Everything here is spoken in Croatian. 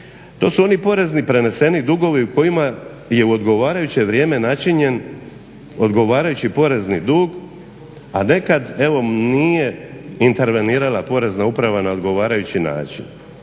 To su oni porezni preneseni dugovi u kojima je u odgovarajuće vrijeme načinjen odgovarajući porezni dug, a nekad evo nije intervenirala Porezna uprava na odgovarajući način.